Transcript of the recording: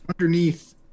underneath